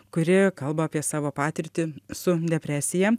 kuri kalba apie savo patirtį su depresija